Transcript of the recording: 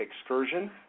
excursion